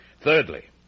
Thirdly